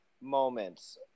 moments